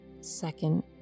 Second